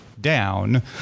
Down